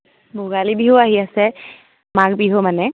ভোগালী বিহু আহি আছে মাঘ বিহু মানে